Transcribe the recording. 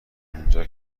اونجا